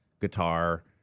guitar